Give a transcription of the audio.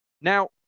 Now